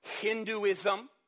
Hinduism